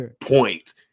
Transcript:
point